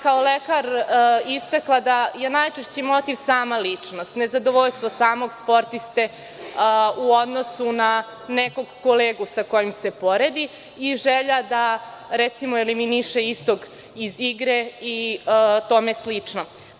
Kao lekar istakla bih da je najčešći motiv sama ličnost, nezadovoljstvo samog sportiste u odnosu na nekog kolegu koji se poredi i želja da recimo eliminiše istog iz igre i tome slično.